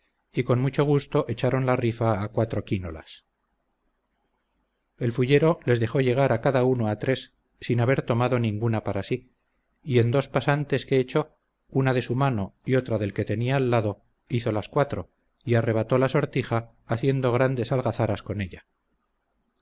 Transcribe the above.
y con mucho gusto echaron la rifa a cuatro quínolas el fullero les dejó llegar a cada uno a tres sin haber tomado ninguna para sí y en dos pasantes que echó una de su mano y otra del que tenía al lado hizo las cuatro y arrebató la sortija haciendo grandes algazaras con ella